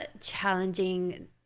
challenging